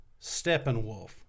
Steppenwolf